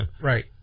Right